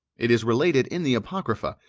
it is related in the apocrypha,